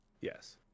Yes